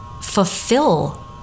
fulfill